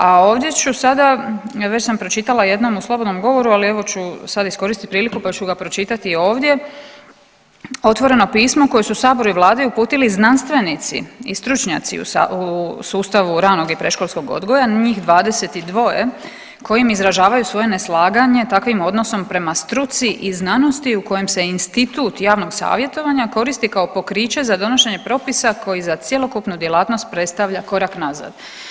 A ovdje ću sada, već sam pročitala jednom u slobodnom govoru, ali evo ću sada iskoristiti priliku pa ću ga pročitati i ovdje otvoreno pismo koje su Saboru i Vladi uputili znanstvenici i stručnjaci u sustavu ranog i predškolskog odgoja njih 22 kojim izražavaju svoje neslaganje takvim odnosom prema struci i znanosti u kojem se institut javnog savjetovanja koristi kao pokriće za donošenje propisa koji za cjelokupnu djelatnost predstavlja korak nazad.